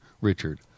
Richard